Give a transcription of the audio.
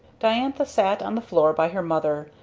diantha sat on the floor by her mother,